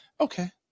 Okay